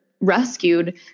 rescued